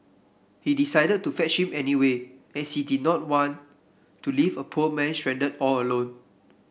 he decided to fetch him anyway as he did not want to leave a poor man stranded all alone